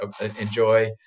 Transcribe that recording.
enjoy